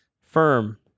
firm